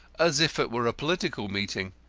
as if it were a political meeting.